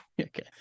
okay